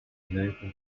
known